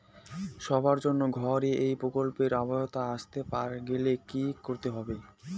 সবার জন্য ঘর এই প্রকল্পের আওতায় আসতে গেলে কি করতে হবে?